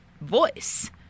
voice